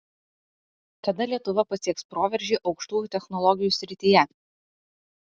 kada lietuva pasieks proveržį aukštųjų technologijų srityje